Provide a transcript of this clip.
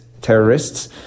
Terrorists